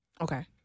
Okay